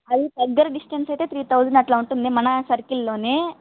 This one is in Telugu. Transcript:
అది దగ్గర డిస్టెన్స్ అయితే త్రీ థౌజండ్ అలా ఉంటుంది మన సర్కిల్లోనే